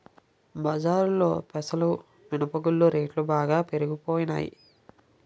బజారులో పెసలు మినప గుళ్ళు రేట్లు బాగా పెరిగిపోనాయి